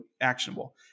actionable